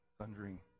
Thundering